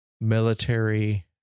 military